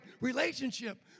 relationship